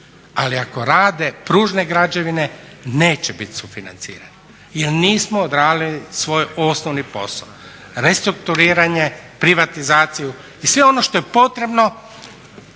ali ako rade pružne građevine neće biti sufinancirano jer nismo odradili svoj osnovni posao. Restrukturiranje, privatizaciju i sve ono što je potrebno